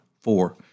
Four